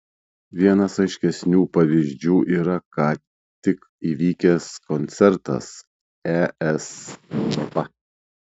vienas aiškesnių pavyzdžių yra ką tik įvykęs koncertas es europa